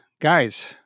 guys